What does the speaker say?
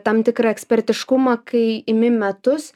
tam tikrą ekspertiškumą kai imi metus